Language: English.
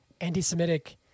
anti-Semitic